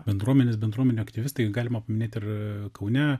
bendruomenės bendruomenių aktyvistai galima paminėti ir kaune